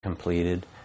completed